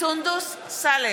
סונדוס סאלח,